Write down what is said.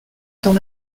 dans